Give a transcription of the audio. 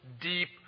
deep